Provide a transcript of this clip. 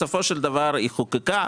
בסופו של דבר היא חוקקה.